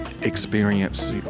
experience